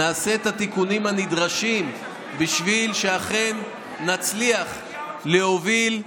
נעשה את התיקונים הנדרשים בשביל שאכן נצליח להוביל,